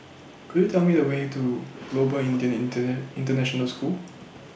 Could YOU Tell Me The Way to Global Indian Internet International School